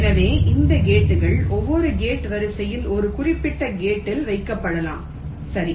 எனவே இந்த கேட்கள் ஒவ்வொன்றும் கேட் வரிசையில் ஒரு குறிப்பிட்ட கேட் டில் வைக்கப்படலாம் சரி